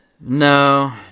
No